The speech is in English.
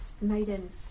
Maiden